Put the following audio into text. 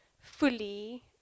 fully